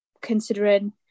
considering